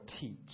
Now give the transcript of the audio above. teach